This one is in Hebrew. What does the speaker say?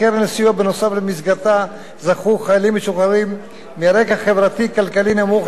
שבמסגרתה זכו חיילים משוחררים מרקע חברתי-כלכלי נמוך להטבות ייחודיות,